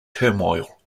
turmoil